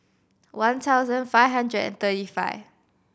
one thousand five hundred and thirty five